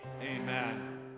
amen